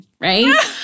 Right